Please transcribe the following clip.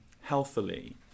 healthily